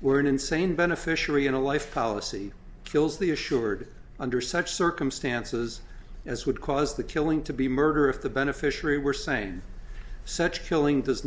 were an insane beneficiary in a life policy kills the assured under such circumstances as would cause the killing to be murder if the beneficiary were sane such killing does